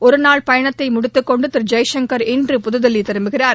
ஒருநாள் பயணத்தை முடித்துக் கொண்டு திரு ஜெய்சங்கர் இன்று புதுதில்லி திரும்பினார்